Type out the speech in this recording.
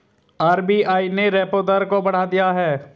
RBI ने repo दर को बढ़ा दिया है